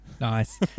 Nice